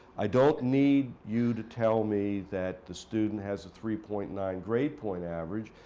i don't need you to tell me that the student has a three point nine grade point average,